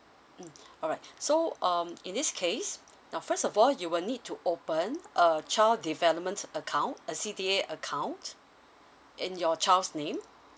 mm alright so um in this case now first of all you will need to open a child development account a C_D_A account in your child's name